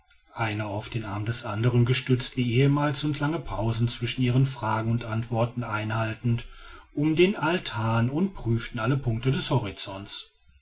einer auf den arm des andern gestützt wie ehemals und lange pausen zwischen ihren fragen und antworten einhaltend um den altan und prüften alle punkte des horizonts